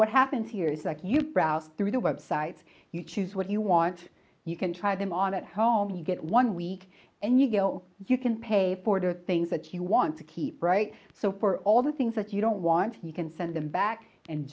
what happens here is that you browse through the websites you choose what you want you can try them on at home you get one week and you go you can pay porter things that you want to keep right so for all the things that you don't want you can send them back and